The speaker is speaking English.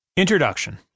Introduction